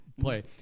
play